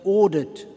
audit